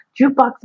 Jukebox